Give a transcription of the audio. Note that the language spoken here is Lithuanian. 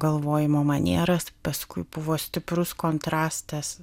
galvojimo manieras paskui buvo stiprus kontrastas